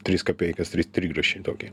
tris kapeikas tri trigrašį tokį